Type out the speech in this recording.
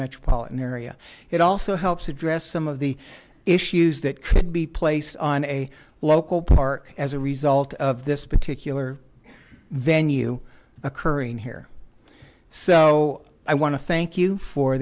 metropolitan area it also helps address some of the issues that could be placed on a local park as a result of this particular venue occurring here so i want to thank you for